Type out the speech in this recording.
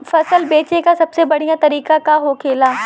फसल बेचे का सबसे बढ़ियां तरीका का होखेला?